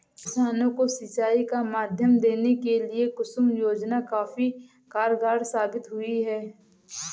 किसानों को सिंचाई का माध्यम देने के लिए कुसुम योजना काफी कारगार साबित हुई है